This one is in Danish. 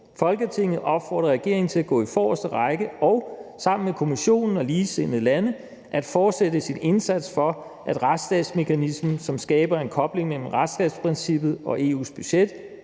Folketinget opfordrer regeringen til at gå i forreste række og – sammen med Kommissionen og ligesindede lande – at fortsætte sin indsats for, at retsstatsmekanismen, som skaber en kobling mellem retsstatsprincippet og EU’s budget,